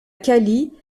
cali